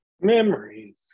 memories